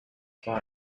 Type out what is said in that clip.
far